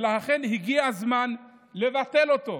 ולכן הגיע הזמן לבטל אותו.